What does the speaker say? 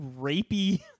rapey